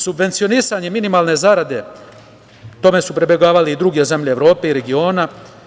Subvencionisanje minimalne zarade, tome su pribegavale i druge zemlje Evrope i regiona.